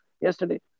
yesterday